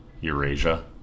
Eurasia